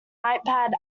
ipad